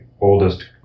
oldest